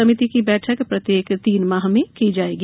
समिति की बैठक प्रत्येक तीन माह में की जाएगी